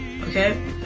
Okay